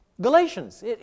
Galatians